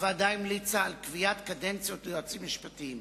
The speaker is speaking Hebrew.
הוועדה המליצה על קביעת קדנציות ליועצים המשפטיים.